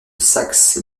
saxe